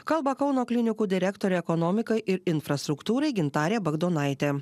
kalba kauno klinikų direktorė ekonomikai ir infrastruktūrai gintarė bagdonaitė